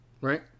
right